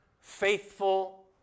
faithful